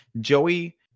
Joey